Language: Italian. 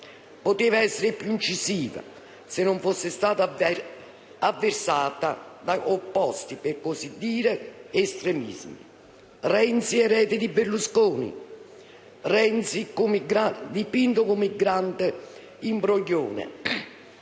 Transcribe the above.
Poteva essere più incisiva se non fosse stata avversata da opposti, per così dire, estremismi. Renzi erede di Berlusconi. Renzi dipinto come il grande imbroglione.